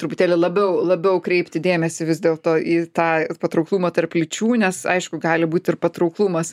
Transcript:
truputėlį labiau labiau kreipti dėmesį vis dėlto į tą patrauklumą tarp lyčių nes aišku gali būt ir patrauklumas